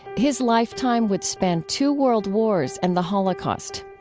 his lifetime would span two world wars and the holocaust.